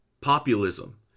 populism